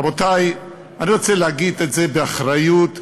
רבותי, אני רוצה להגיד את זה באחריות מרבית,